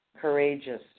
courageous